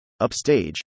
Upstage